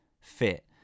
fit